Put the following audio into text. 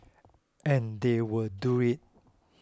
and they will do it